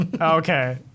Okay